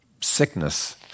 sickness